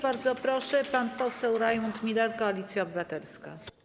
Bardzo proszę, pan poseł Rajmund Miller, Koalicja Obywatelska.